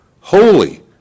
holy